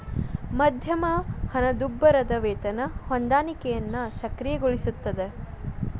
ಮಧ್ಯಮ ಹಣದುಬ್ಬರದ್ ವೇತನ ಹೊಂದಾಣಿಕೆಯನ್ನ ಸಕ್ರಿಯಗೊಳಿಸ್ತದ